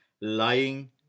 lying